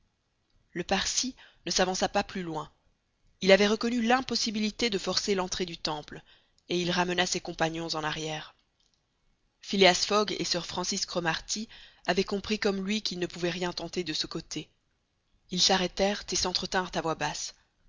le parsi ne s'avança pas plus loin il avait reconnu l'impossibilité de forcer l'entrée du temple et il ramena ses compagnons en arrière phileas fogg et sir francis cromarty avaient compris comme lui qu'ils ne pouvaient rien tenter de ce côté ils s'arrêtèrent et s'entretinrent à voix basse